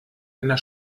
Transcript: einer